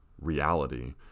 reality